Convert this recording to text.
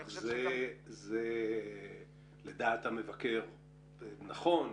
אני חושב שגם --- לדעת המבקר זה נכון?